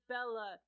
Bella